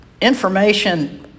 information